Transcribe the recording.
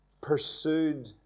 pursued